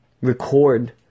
record